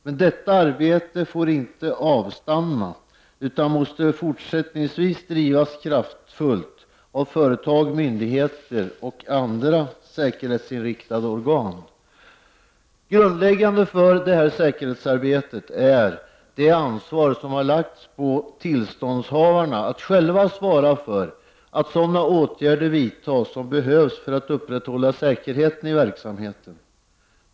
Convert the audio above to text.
Men detta arbete får inte avstanna, utan måste fortsättningsvis drivas kraftfullt av företag, myndigheter och andra säkerhetsinriktade organ. Grundläggande för det här säkerhetsarbetet är det ansvar som har lagts på tillståndshavarna att själva svara för att sådana åtgärder vidtas som behövs för att upprätthålla säkerheten i verksamheten.